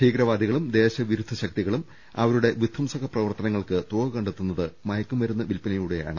ഭീകരവാദികളും ദേശ വി രുദ്ധ ശക്തികളും അവരുടെ വിധംസക പ്രവർത്തനങ്ങൾക്ക് തുക കണ്ടെത്തുന്നത് മയക്കുമരുന്ന് വിൽപനയിലൂടെയാണ്